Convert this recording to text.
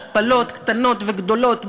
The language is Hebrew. השפלות קטנות וגדולות,